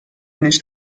nicht